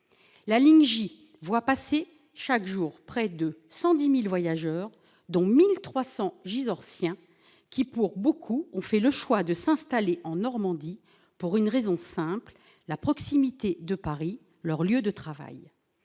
La ligne J voit passer chaque jour près de 110 000 voyageurs, dont 1 300 Gisorsiens qui, pour beaucoup, ont fait le choix de s'installer en Normandie pour une raison simple : la proximité de Paris, leur lieu de travail.